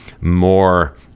more